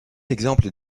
exemples